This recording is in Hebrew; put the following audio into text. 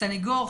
סניגור,